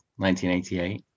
1988